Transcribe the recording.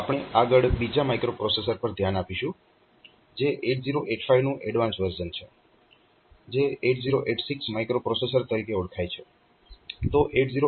આપણે આગળ બીજા માઇક્રોપ્રોસેસર પર ધ્યાન આપીશું જે 8085 નું એડવાન્સ વર્ઝન છે જે 8086 માઇક્રોપ્રોસેસર તરીકે ઓળખાય છે